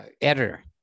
Editor